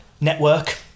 Network